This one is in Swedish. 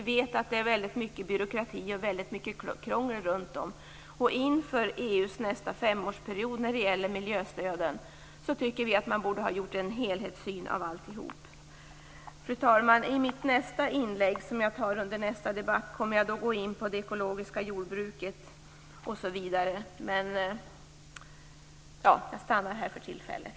Det är ju mycket byråkrati och krångel runt omkring i detta sammanhang. Inför EU:s nästa femårsperiod tycker vi att man när det gäller miljöstöden borde ha en helhetssyn på alltihop. Fru talman! I mitt nästa inlägg under nästa debattavsnitt kommer jag att bl.a. gå in på det ekologiska jordbruket.